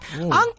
Uncle